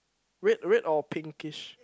red red or pinkish